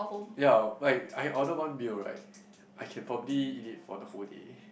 ya like I order one meal right I can probably eat it for the whole day